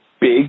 big